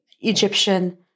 Egyptian